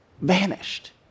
vanished